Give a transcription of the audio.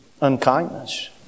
unkindness